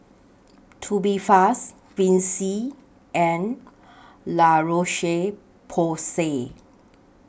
Tubifast Vichy and La Roche Porsay